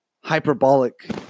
hyperbolic